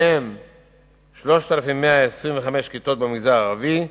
ומהן 3,125 כיתות במגזר הערבי,